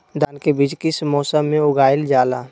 धान के बीज किस मौसम में उगाईल जाला?